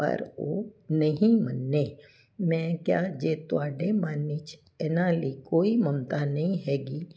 ਪਰ ਉਹ ਨਹੀਂ ਮੰਨੇ ਮੈਂ ਕਿਹਾ ਜੇ ਤੁਹਾਡੇ ਮਨ ਵਿਚ ਇਹਨਾਂ ਲਈ ਕੋਈ ਮਮਤਾ ਨਹੀਂ ਹੈਗੀ